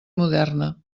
moderna